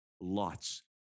lots